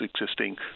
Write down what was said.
existing